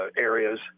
areas